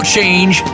Change